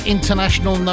International